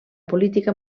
política